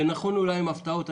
זה נכון אולי עם ההפתעות.